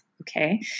Okay